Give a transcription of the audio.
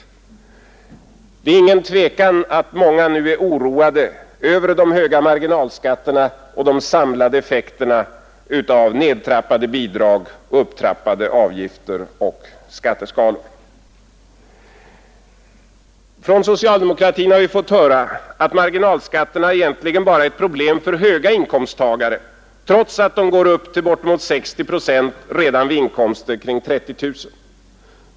Det är inget tvivel om att många nu är oroade över de höga marginalskatterna och de samlade effekterna av nedtrappade bidrag och upptrappade avgifter och skatteskalor. Från socialdemokratin har vi fått höra att marginalskatterna egentligen bara är ett problem för höga inkomsttagare, trots att de går upp till bortemot 60 procent redan vid inkomster kring 30 000.